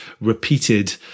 repeated